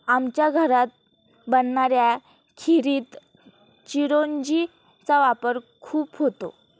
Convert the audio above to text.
आमच्या घरात बनणाऱ्या खिरीत चिरौंजी चा वापर खूप होतो